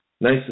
nice